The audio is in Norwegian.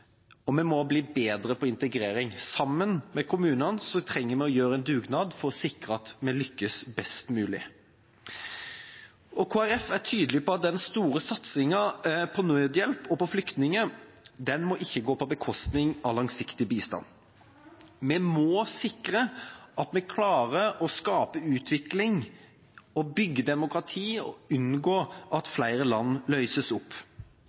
og vi må bli bedre på integrering. Sammen med kommunene trenger vi en dugnad for å sikre at vi lykkes best mulig. Kristelig Folkeparti er tydelig på at den store satsingen på nødhjelp og flyktninger ikke må gå på bekostning av langsiktig bistand. Vi må sikre at vi klarer å skape utvikling og å bygge demokrati og unngå at flere land løses opp.